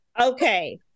Okay